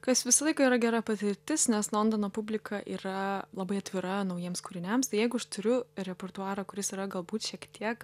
kas visą laiką yra gera patirtis nes londono publika yra labai atvira naujiems kūriniams tai jeigu aš turiu repertuarą kuris yra galbūt šiek tiek